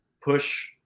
push